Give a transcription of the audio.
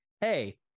hey